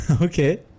Okay